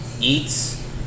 eats